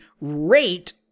rate